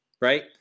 right